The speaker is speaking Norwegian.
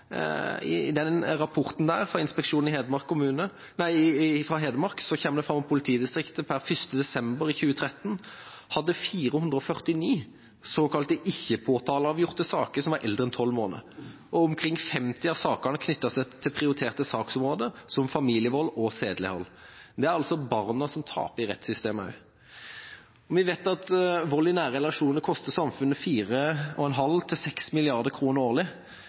i Hedmark, at et politidistrikt per 1. desember i 2013 hadde 449 såkalte ikke påtaleavgjorte saker som var eldre enn 12 måneder. Omkring 50 av sakene knyttet seg til prioriterte saksområder som familievold og sedelighet. Det er altså barna som taper i rettssystemet. Vi vet at vold i nære relasjoner koster samfunnet 4,5 mrd. kr–6 mrd. kr årlig.